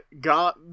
god